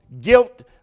guilt